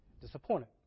disappointed